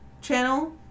channel